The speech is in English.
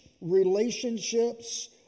relationships